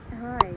hi